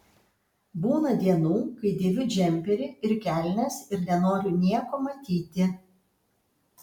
būna dienų kai dėviu džemperį ir kelnes ir nenoriu nieko matyti